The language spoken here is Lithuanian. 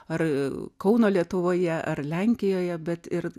ar kauno lietuvoje ar lenkijoje bet ir